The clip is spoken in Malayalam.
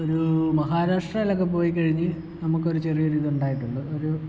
ഒരു മഹാരാഷ്ട്രയിൽ ഒക്കെ പോയി കഴിഞ്ഞ് നമുക്ക് ഒരു ചെറിയ ഒരു ഇതുണ്ടായിട്ടുണ്ട് ഒരു